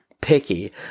picky